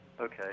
Okay